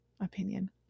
opinion